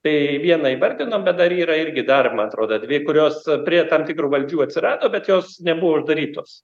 tai vieną įvardinom bet dar yra irgi dar man atrodo dvi kurios prie tam tikrų valdžių atsirado bet jos nebuvo uždarytos